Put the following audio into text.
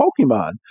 Pokemon